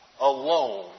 alone